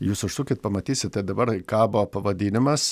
jūs užsukit pamatysite dabar kaba pavadinimas